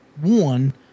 one